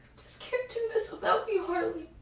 just cant do this without.